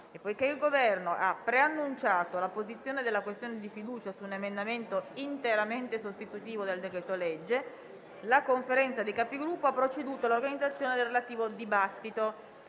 Poiché il Governo ha preannunciato la posizione della questione di fiducia su un emendamento interamente sostitutivo del decreto-legge, la Conferenza dei Capigruppo ha proceduto all'organizzazione del relativo dibattito.